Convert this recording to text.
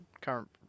current